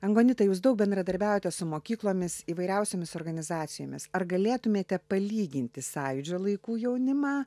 angonita jūs daug bendradarbiaujate su mokyklomis įvairiausiomis organizacijomis ar galėtumėte palyginti sąjūdžio laikų jaunimą